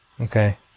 Okay